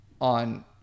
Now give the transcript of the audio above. on